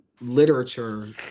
literature